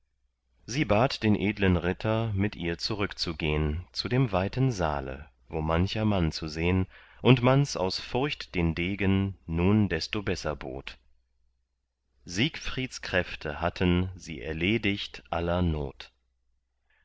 sie bat den edlen ritter mit ihr zurück zu gehn zu dem weiten saale wo mancher mann zu sehn und mans aus furcht den degen nun desto besser bot siegfrieds kräfte hatten sie erledigt aller not